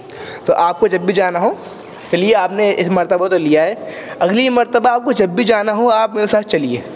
تو آپ کو جب بھی جانا ہو چلیے آپ نے اس مرتبہ تو لی آئے اگلی مرتبہ آپ کو جب بھی جانا ہو آپ میرے ساتھ چلیے